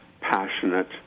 passionate